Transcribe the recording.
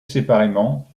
séparément